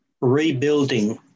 rebuilding